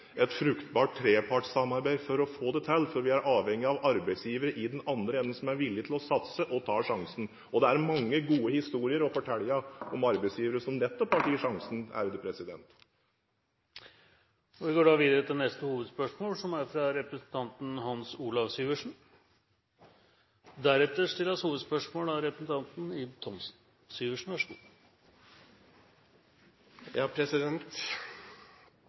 arbeidsgivere i den andre enden som er villig til å satse og ta sjansen. Det er mange gode historier å fortelle om arbeidsgivere som nettopp har tatt sjansen. Vi går videre til neste hovedspørsmål. Forbrukernes interesser knyttet til en del vanskelige spareprodukter har vært tatt opp av